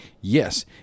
Yes